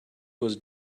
was